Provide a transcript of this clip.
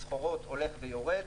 הסחורות הולך ויורד.